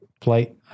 play